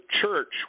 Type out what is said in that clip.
church